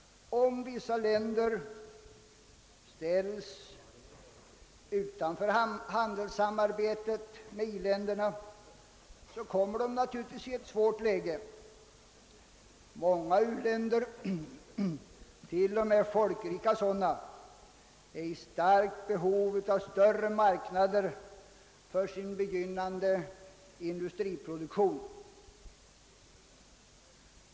Om vissa u-länder ställs utanför handelssamarbetet med i-länderna kommer dessa u-länder naturligtvis i ett svårt läge. Många u-länder, t.o.m. folkrika sådana, är i starkt behov av större marknader för sin begynnande industriproduktion.